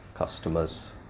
Customers